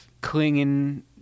clinging